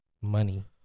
money